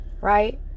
Right